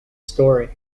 story